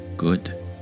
good